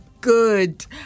good